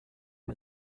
you